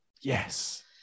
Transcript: Yes